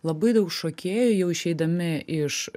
labai daug šokėjų jau išeidami iš